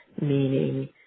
meaning